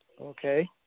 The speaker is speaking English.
Okay